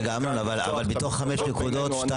מתוך 5 נקודות, 3